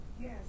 Yes